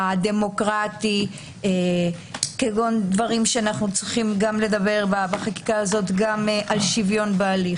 הדמוקרטי כגון דברים שאנו צריכים לדבר בחקיקה הזאת גם על שוויון בהליך,